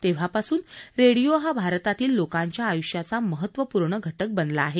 तेव्हापासून रेडिओ हा भारतातील लोकांच्या आयुष्याचा महत्वपूर्ण घटक बनला आहे